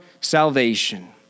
salvation